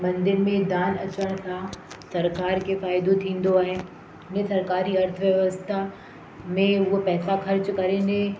मंदर में दान अचनि था सरकार खे फ़ाइदो थींदो आहे जीअं सरकारी अर्थव्यवस्था में हूअं पैसा ख़र्चु करेंगे